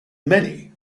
many